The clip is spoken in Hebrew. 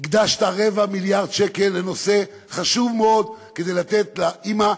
הקדשת רבע מיליארד שקל לנושא חשוב מאוד כדי לתת לאימא,